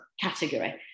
category